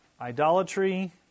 idolatry